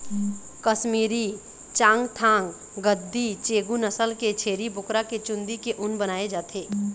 कस्मीरी, चाँगथाँग, गद्दी, चेगू नसल के छेरी बोकरा के चूंदी के ऊन बनाए जाथे